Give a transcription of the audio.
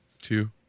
two